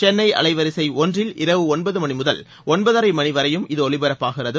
சென்னை அலைவரிசை ஒன்றில் இரவு ஒன்பது முதல் ஒன்பதரை மணி வரையும் இது ஒலிபரப்பாகிறது